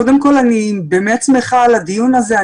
קודם כול, אני באמת שמחה על הדיון הזה.